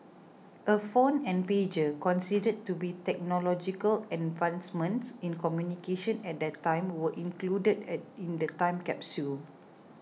a phone and pager considered to be technological advancements in communication at that time were included at the in the time capsule